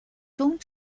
宗旨